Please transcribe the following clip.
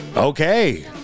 Okay